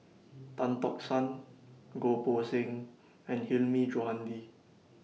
Tan Tock San Goh Poh Seng and Hilmi Johandi